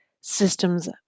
systems